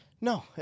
no